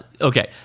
Okay